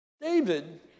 David